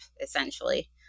essentially